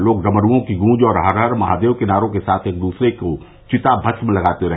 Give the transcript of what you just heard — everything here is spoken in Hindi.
लोग डमरुओं की गूंज और हर हर महादेव के नारे के साथ एक दूसरे को चिता भस्म लगाते रहे